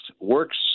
works